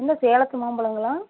என்ன சேலத்து மாம்பழங்களா